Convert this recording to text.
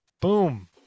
Boom